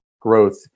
growth